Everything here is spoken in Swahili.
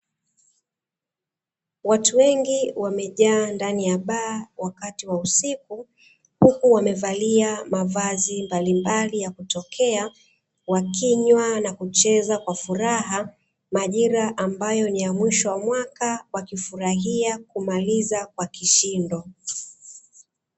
Watu wengi wamejaa ndani ya baa wakati wa usiku, huku wamevalia mavazi mbalimbali ya kutokea, wakinywa na kucheza kwa kufuraha, majira ambayo ni mwisho wa mwaka, wakifurahia kumaliza kwa kishindo.